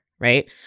right